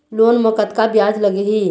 Loan म कतका ब्याज लगही?